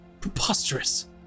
Preposterous